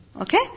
Okay